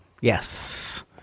yes